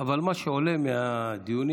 אבל מה שעולה מהדיונים,